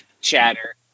chatter